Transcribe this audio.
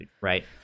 Right